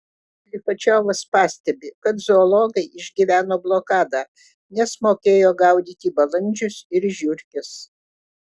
lichačiovas pastebi kad zoologai išgyveno blokadą nes mokėjo gaudyti balandžius ir žiurkes